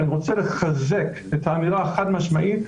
אבל אני רוצה לחזק את האמירה החד משמעית,